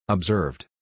Observed